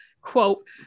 Quote